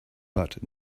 but